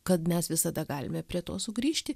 kad mes visada galime prie to sugrįžti